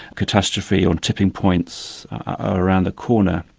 catastrophe or tipping points are around the corner.